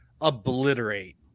obliterate